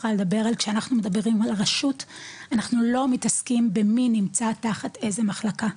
כשאנחנו מדברים על הרשות אנחנו לא מתעסקים במי נמצא תחת איזה מחלקה,